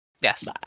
Yes